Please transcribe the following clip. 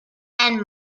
and